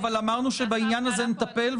אמרנו שבעניין הזה נטפל,